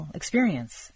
experience